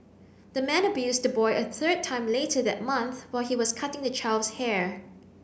the man abused the boy a third time later that month while he was cutting the child's hair